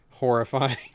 Horrifying